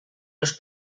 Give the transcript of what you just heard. los